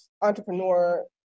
entrepreneur